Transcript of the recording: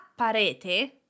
parete